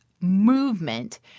movement